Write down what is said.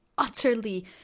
utterly